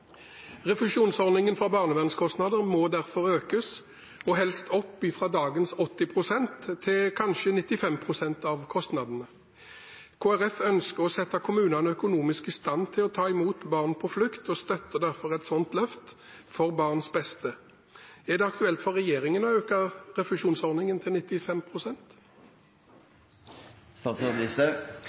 Refusjonsordningen for barnevernskostnader må derfor økes, og helst opp fra dagens 80 pst. til kanskje 95 pst. av kostnadene. Kristelig Folkeparti ønsker å sette kommunene økonomisk i stand til å ta imot barn på flukt og støtter derfor et sånt løft for barns beste. Er det aktuelt for regjeringen å øke refusjonsordningen til